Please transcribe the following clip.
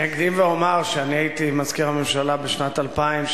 אני אקדים ואומר שאני הייתי מזכיר הממשלה בשנת 2000,